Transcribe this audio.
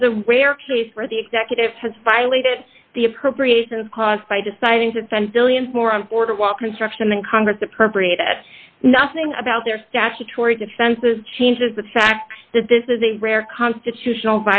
have the rare case where the executive has violated the appropriations caused by deciding to send billions more on board while construction in congress appropriated nothing about their statutory defenses changes the fact that this is a rare constitutional